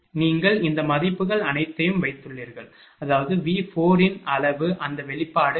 நீங்கள் இந்த மதிப்புகள் அனைத்தையும் வைத்துள்ளீர்கள் அதாவது V இன் அளவு அந்த வெளிப்பாடு Vm2Djj A12